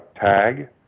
tag